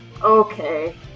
Okay